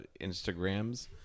Instagrams